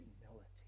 humility